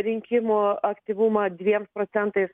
rinkimų aktyvumą dviem procentais